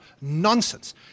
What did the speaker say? Nonsense